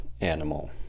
animal